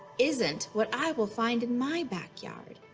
isn't what i will find in my backyard.